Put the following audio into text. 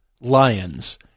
lions